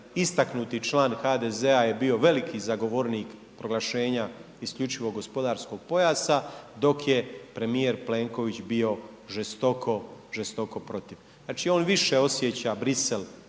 istaknuti član HDZ-a je bio veliki zagovornik proglašenja isključivog gospodarskog pojasa dok je premijer Plenković bio žestoko, žestoko protiv, znači on više osjeća Brisel,